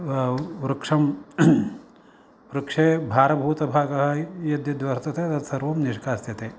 वृक्षं वृक्षे भारभूतभागः यद्यत् वर्तते तत्सर्वं निष्कास्यते